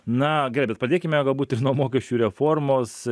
na gerai bet pradėkime galbūt ir nuo mokesčių reformos